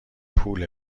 پول